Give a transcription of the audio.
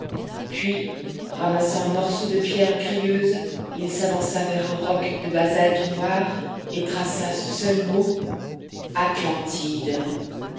puis ramassant un morceau de pierre crayeuse il s'avança vers un roc de basalte noire et traça ce seul mot atlantide